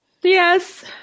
Yes